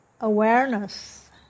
awareness